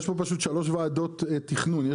יש פה שלוש ועדות תכנון,